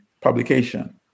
publication